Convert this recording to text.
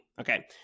okay